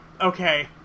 okay